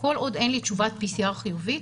כל עוד אין לי תשובת PCR חיובית.